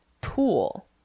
pool